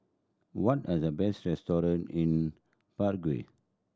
what are the best restaurant in Prague